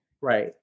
Right